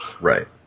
Right